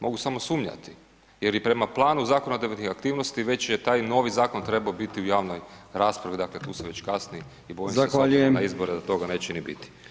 Mogu samo sumnjati jer i prema planu zakonodavnih aktivnosti već je taj novi zakon trebao biti u javnoj raspravi, dakle tu se već kasni i [[Upadica Brkić: Zahvaljujem.]] bojim se da do izbora toga neće ni biti.